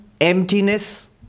emptiness